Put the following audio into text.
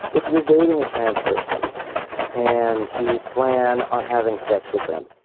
if you're dating a trans-person and you plan on having sex with them,